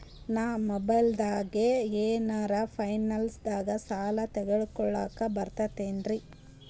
ನಾ ಮೊಬೈಲ್ದಾಗೆ ಏನರ ಫೈನಾನ್ಸದಾಗ ಸಾಲ ತೊಗೊಲಕ ಬರ್ತದೇನ್ರಿ?